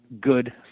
good